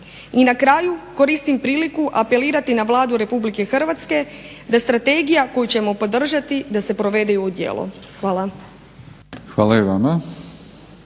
I na kraju koristim priliku apelirati na Vladu Republike Hrvatske da strategija koju ćemo podržati da se provede i u djelo. Hvala. **Batinić,